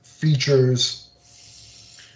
Features